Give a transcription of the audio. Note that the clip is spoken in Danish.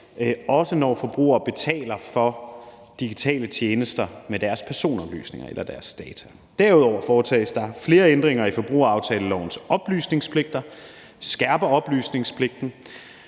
også når forbrugere betaler for digitale tjenester med deres personoplysninger eller deres data. Derudover foretages der flere ændringer i forbrugeraftalelovens oplysningspligter, så oplysningspligten